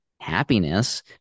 happiness